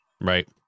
right